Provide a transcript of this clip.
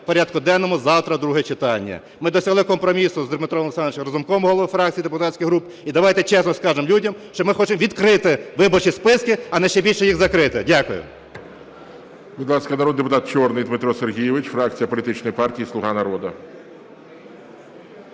порядку денному завтра, друге читання. Ми досягли компромісу з Дмитром Олександровичем Разумковим, голови фракцій і депутатських груп, і давайте чесно скажемо людям, що ми хочемо відкрити виборчі списки, а не ще більше їх закрити. Дякую.